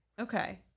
Okay